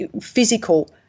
physical